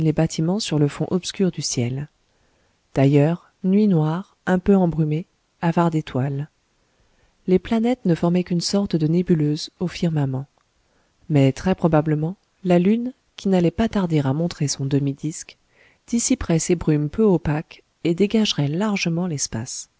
bâtiments sur le fond obscur du ciel d'ailleurs nuit noire un peu embrumée avare d'étoiles les planètes ne formaient qu'une sorte de nébuleuse au firmament mais très probablement la lune qui n'allait pas tarder à montrer son demi disque dissiperait ces brumes peu opaques et dégagerait largement l'espace